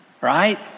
right